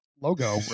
logo